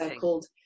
called